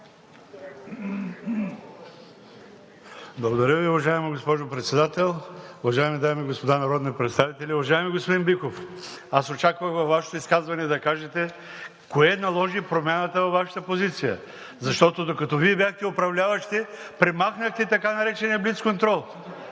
Благодаря Ви, уважаема госпожо Председател. Уважаеми дами и господа народни представители! Уважаеми господин Биков, аз очаквах във Вашето изказване да кажете кое наложи промяната във Вашата позиция! Защото, докато Вие бяхте управляващи, премахнахте така наречения блицконтрол!